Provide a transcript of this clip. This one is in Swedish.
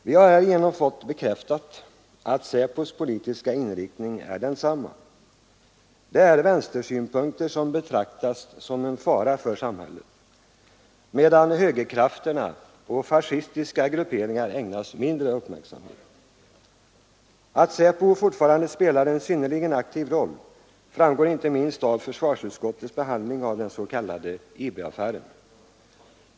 Vi har härigenom fått bekräftat att SÄPO:s politiska inriktning är densamma. Vänstersynpunkter betraktas som en fara för samhället, medan högerkrafterna och fascistiska grupperingar ägnas mindre uppmärksamhet. Att SÄPO fortfarande spelar en synnerligen aktiv roll framgår inte minst av försvarsutskottets behandling av IB-affären.